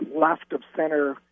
left-of-center